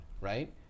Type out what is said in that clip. right